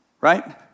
right